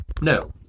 No